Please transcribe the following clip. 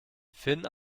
finn